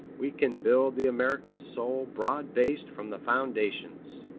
we can build the american soul broad-based from the foundations.